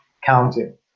counting